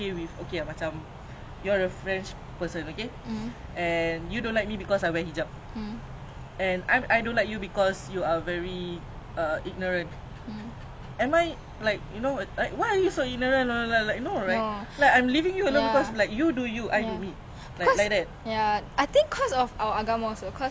ya I think cause of our agama also cause you know nabi muhammad he say cannot hate anybody and you respect I think a lot agama and morales also I just don't understand why why do they hate us but